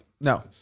no